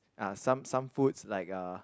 uh some some foods like uh